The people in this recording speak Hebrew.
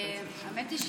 האמתי,